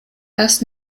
das